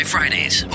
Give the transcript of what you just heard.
Fridays